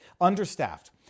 understaffed